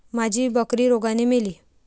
माझी बकरी रोगाने मेली